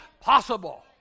possible